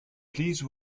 please